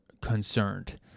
concerned